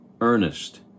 earnest